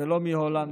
ולא מהולנד,